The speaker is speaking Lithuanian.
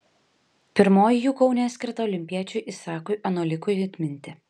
pirmoji jų kaune skirta olimpiečiui isakui anolikui atminti